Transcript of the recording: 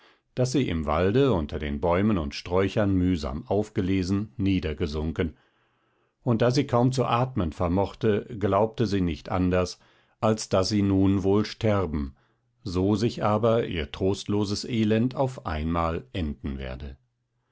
das sie im walde unter den bäumen und sträuchern mühsam aufgelesen niedergesunken und da sie kaum zu atmen vermochte glaubte sie nicht anders als daß sie nun wohl sterben so sich aber ihr trostloses elend auf einmal enden werde